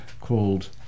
called